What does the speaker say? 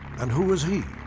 and who was he?